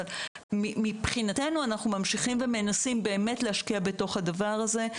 אבל מבחינתנו אנחנו ממשיכים ומנסים באמת להשקיע בדבר הזה.